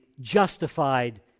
justified